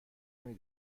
نمی